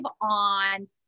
on